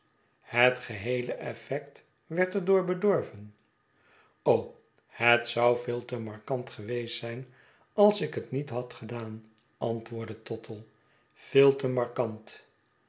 het geheele effect werd er door bedorven u o het zou veel te marquant geweest zijn als ik het niet had gedaan antwoordde tottle veel te marquant